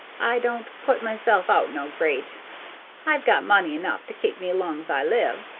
i don't put myself out no great i've got money enough to keep me long's i live.